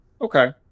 Okay